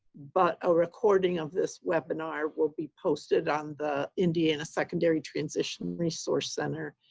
but a recording of this webinar will be posted on the indiana secondary transition resource center.